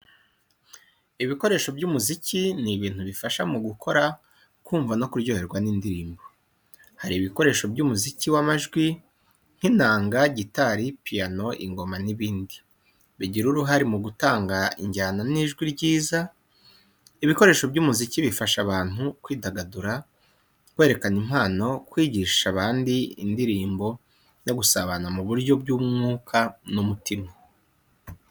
Ibikoresho by’umuziki ni ibintu bifasha mu gukora, kumva no kuryoherwa n’indirimbo. Hari ibikoresho by’umuziki w’amajwi nk’inanga, gitari, piano, ingoma, n’ibindi.., bigira uruhare mu gutanga ijyana n’ijwi ryiza. Ibikoresho by’umuziki bifasha abantu kwidagadura, kwerekana impano, kwigisha abandi indirimbo no gusabana mu buryo bw’umwuka n’umutima.